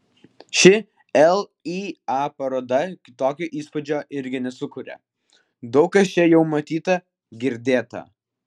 ši lya paroda kitokio įspūdžio irgi nesukuria daug kas čia jau matyta girdėta